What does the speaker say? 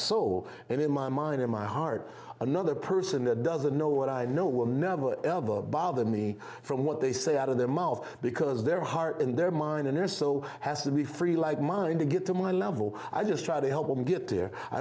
soul and in my mind in my heart another person that doesn't know what i know will never bother me from what they say out of their mouth because their heart and their mind and their so has to be free like mine to get to my level i just try to help them get there i